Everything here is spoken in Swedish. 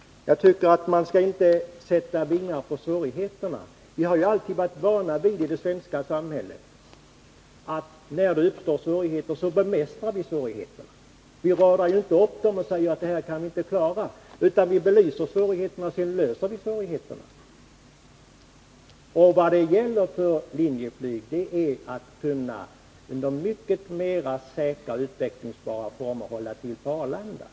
Man skall inte så att säga sätta vingar på svårigheterna. Vi har ju i Sverige alltid varit vana vid att bemästra svårigheter som uppstått. Vi radar inte upp dem och säger: Det här kan vi inte klara. Först belyser vi svårigheterna och sedan löser vi dem. Linjeflyg skulle under mycket mera säkra och utvecklingsbara former kunna hålla till på Arlanda.